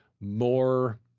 more